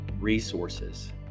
resources